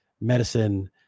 medicine